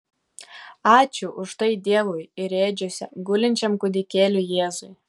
ačiū už tai dievui ir ėdžiose gulinčiam kūdikėliui jėzui